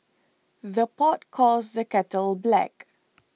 the pot calls the kettle black